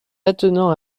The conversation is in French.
attenant